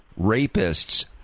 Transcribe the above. rapists